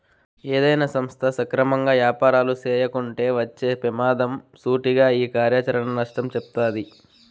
ఏదైనా సంస్థ సక్రమంగా యాపారాలు చేయకుంటే వచ్చే పెమాదం సూటిగా ఈ కార్యాచరణ నష్టం సెప్తాది